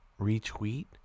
retweet